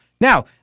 Now